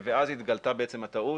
ואז התגלתה בעצם הטעות,